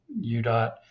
UDOT